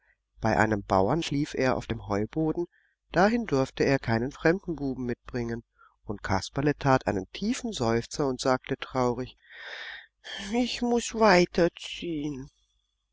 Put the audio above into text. bei einem bauern schlief er auf dem heuboden dahin durfte er keinen fremden buben mitbringen und kasperle tat einen tiefen seufzer und sagte traurig ich muß